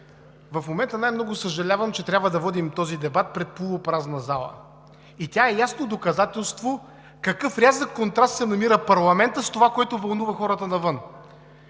В момента най-много съжалявам, че трябва да водим този дебат пред полупразна зала. Тя е ясно доказателство в какъв рязък контраст се намира парламентът с това, което вълнува хората навън.